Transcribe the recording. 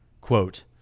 quote